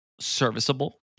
serviceable